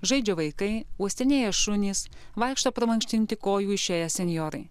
žaidžia vaikai uostinėja šunys vaikšto pramankštinti kojų išėję senjorai